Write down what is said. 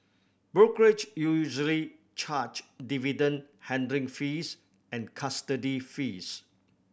brokerage usually charge dividend handling fees and custody fees